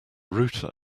router